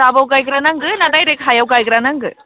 टाबाव गायग्रा नांगो ना डाइरेक्ट हायाव गायग्रा नांगो